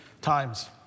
times